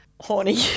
horny-